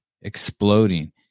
exploding